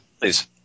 Please